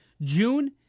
June